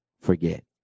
forget